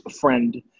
friend